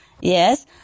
yes